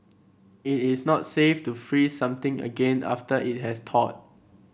it is not safe to freeze something again after it has thawed